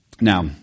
Now